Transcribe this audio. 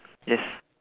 yes